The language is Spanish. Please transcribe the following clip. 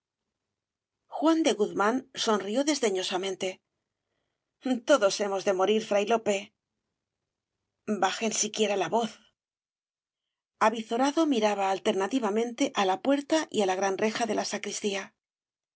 juan de guzmán sonrió desdeñosamente todos hemos de morir fray lope bajen siquiera la voz avizorado miraba alternativamente á la s obras de valle inclan puerta y á la gran reja de la sacristía